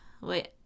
wait